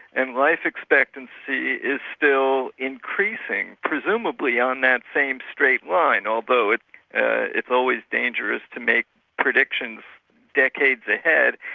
and life expectancy is still increasing, presumably on that same straight line, although it's ah it's always dangerous to make predictions decades ahead.